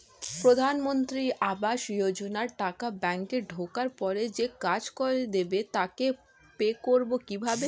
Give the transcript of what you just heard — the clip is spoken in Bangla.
প্রধানমন্ত্রী আবাস যোজনার টাকা ব্যাংকে ঢোকার পরে যে কাজ করে দেবে তাকে পে করব কিভাবে?